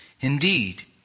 Indeed